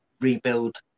rebuild